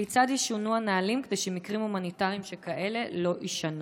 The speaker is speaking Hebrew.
2. כיצד ישונו הנהלים כדי שמקרים הומניטריים כאלה לא יישנו?